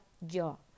yo